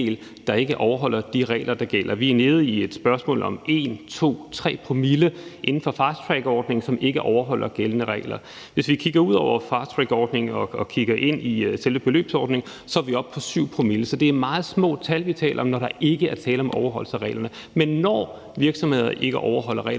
der ikke overholder de regler, der gælder. Det er et spørgsmål om, at det er 1, 2, 3 promille inden for fasttrackordningen, som ikke overholder gældende regler. Hvis vi kigger ud over fasttrackordningen og kigger på selve beløbsordningen, så er vi oppe på 7 promille. Så det er meget små tal, vi taler om, når der ikke er tale om overholdelse af reglerne. Men når virksomhederne ikke overholder reglerne,